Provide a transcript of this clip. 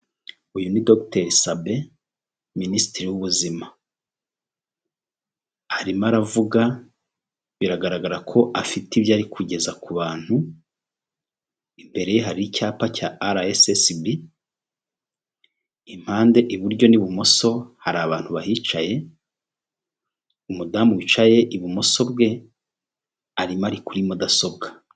Uyu ni dogiteri Sabe, minisitiri w'ubuzima. Arimo aravuga biragaragara ko afite ibyo ari kugeza ku bantu, imbere ye hari icyapa cya Ara esesibi, impande iburyo n'ibumoso hari abantu bahicaye, umudamu wicaye ibumoso bwe arimo ari kuri mudasobwa.